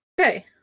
Okay